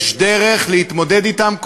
יש דרך להתמודד אתם,